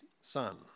son